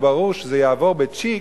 והיה ברור לי שזה יעבור ב"צ'יק",